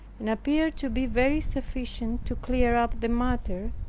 and appeared to be very sufficient to clear up the matter.